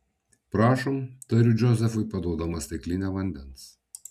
prašom tariu džozefui paduodama stiklinę vandens